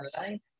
online